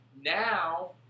Now